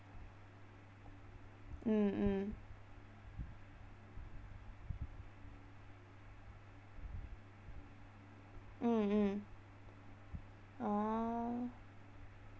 mm mm mm mm orh